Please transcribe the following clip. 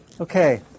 Okay